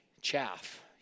chaff